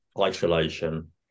isolation